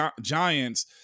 Giants